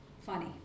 funny